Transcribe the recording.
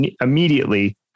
immediately